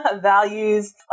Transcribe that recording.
values